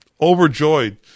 overjoyed